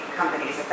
companies